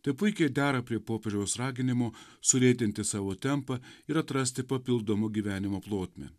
tai puikiai dera prie popiežiaus raginimų sulėtinti savo tempą ir atrasti papildomų gyvenimo plotmę